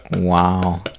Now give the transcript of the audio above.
wow.